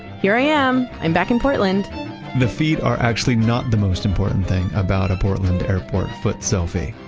here i am, i'm back in portland the feet are actually not the most important thing about a portland airport foot selfie.